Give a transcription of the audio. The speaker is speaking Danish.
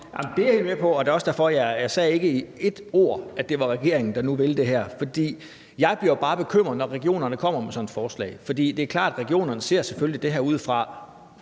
Det er jeg helt med på, og det var også derfor, jeg ikke med ét ord sagde, at det var regeringen, der nu vil det her. Jeg bliver bare bekymret, når regionerne kommer sådan et forslag, for det er klart, at regionerne selvfølgelig ser det her ud fra